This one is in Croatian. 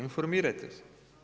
Informirajte se.